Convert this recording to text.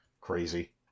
Crazy